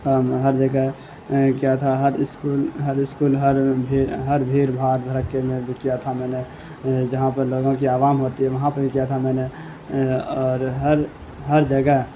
اور میں ہر جگہ کیا تھا ہر اسکول ہر اسکول ہر ہر بھیڑ بھاڑ بھڑکے میں بھی کیا تھا میں نے جہاں پر لوگوں کی عوام ہوتی ہے وہاں پہ بھی کیا تھا میں نے اور ہر ہر جگہ